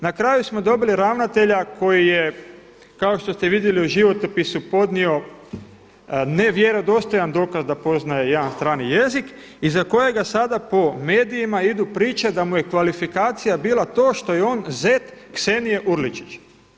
Na kraju smo dobili ravnatelja koji je kao što ste vidjeli u životopisu podnio nevjerodostojan dokaz da poznaje jedan strani jezik iza kojega sada po medijima idu priče da mu je kvalifikacija bila to što je on zet Ksenije Urličić.